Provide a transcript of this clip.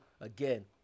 Again